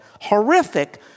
horrific